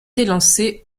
élancé